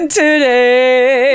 today